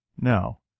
No